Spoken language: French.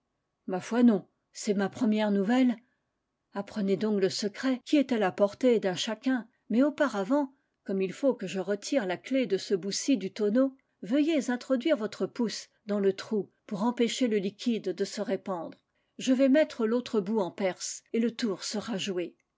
ma foi non c'est ma première nouvelle apprenez donc le secret qui est à la portée d'un cha cun mais auparavant comme il faut que je retire la clef de ce bout ci du tonneau veuillez introduire votre pouce dans le trou pour empêcher le liquide de se répandre je vais mettre l'autre bout en perce et le tour sera joué